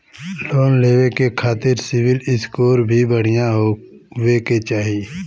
Loan लेवे के खातिन सिविल स्कोर भी बढ़िया होवें के चाही?